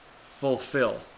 fulfill